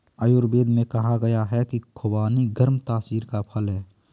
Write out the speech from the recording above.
आयुर्वेद में कहा गया है कि खुबानी गर्म तासीर का फल है